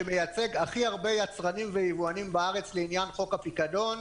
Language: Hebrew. שמייצג הכי הרבה יצרנים ויבואנים בארץ לעניין חוק הפיקדון.